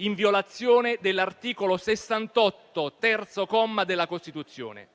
in violazione dell'articolo 68, terzo comma della Costituzione.